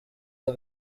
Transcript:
iyo